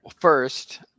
first